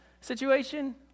situation